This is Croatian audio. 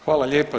Hvala lijepa.